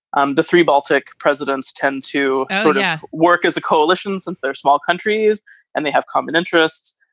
um the three baltic presidents tend to so yeah work as a coalition since they're small countries and they have common interests.